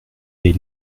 des